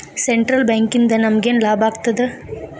Central ಬ್ಯಾಂಕಿಂದ ನಮಗೇನ್ ಲಾಭಾಗ್ತದ?